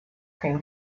cream